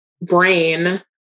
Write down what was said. brain